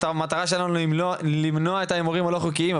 המטרה שלנו למנוע את ההימורים הלא חוקיים.